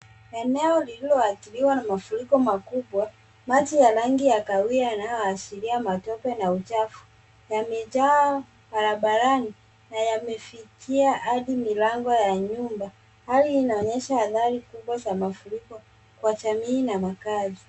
Eneo lililoathiriwa na mafuriko makubwa, maji ya rangi ya kahawia yanayoashiria matope na uchafu, yamejaa barabarani, na yamefikia hadi milango ya nyumba. Hali inaonyesha athari kubwa za mafuriko kwa jamii na makazi.